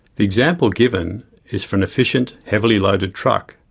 the example given is for an efficient, heavily loaded truck.